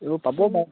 এইবোৰ পাব বাৰু